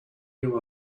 you